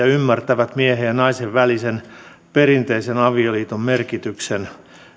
ymmärtävät miehen ja naisen välisen perinteisen avioliiton merkityksen